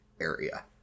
area